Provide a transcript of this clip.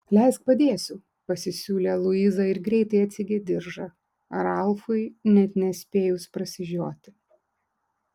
leisk padėsiu pasisiūlė luiza ir greitai atsegė diržą ralfui net nespėjus prasižioti